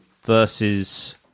Versus